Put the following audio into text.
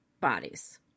bodies